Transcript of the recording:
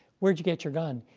where'd you get your gun?